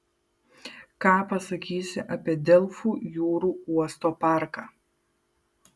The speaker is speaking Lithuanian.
ką pasakysi apie delfų jūrų uosto parką